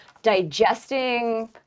digesting